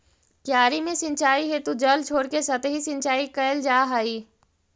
क्यारी में सिंचाई हेतु जल छोड़के सतही सिंचाई कैल जा हइ